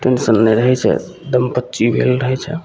टेन्शनमे रहै छै दमपच्ची भेल रहै छै